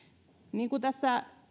niin kuin tässä